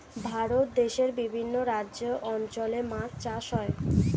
ভারত দেশে বিভিন্ন রাজ্যের অঞ্চলে মাছ চাষ করা